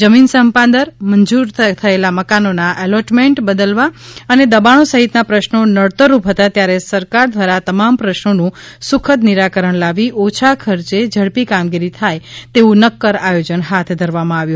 જમીન સંપાદન મંજૂર થયેલ મકાનોના એલોટમેન્ટ બદલવા અને દબાણો સહિતના પ્રશ્નો નડતરરૂપ હતા ત્યારે સરકાર દ્વારા તમામ પ્રશ્નોનું સુખદ નિરાકરણ લાવી ઓછા ખર્ચે ઝડપી કામગીરી થાય તેવું નક્કર આયોજન હાથ ધરવામાં આવ્યું